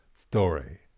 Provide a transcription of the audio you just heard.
story